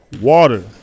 Water